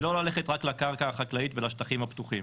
ולא ללכת רק לקרקע החקלאית ולשטחים הפתוחים.